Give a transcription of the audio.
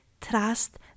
trust